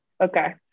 Okay